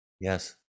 Yes